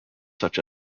such